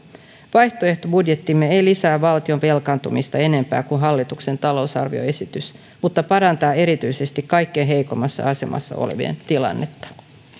vaihtoehtobudjettimme ei lisää valtion velkaantumista enempää kuin hallituksen talousarvioesitys mutta se parantaa erityisesti kaikkein heikoimmassa asemassa olevien tilannetta